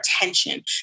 attention